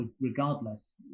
regardless